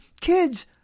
kids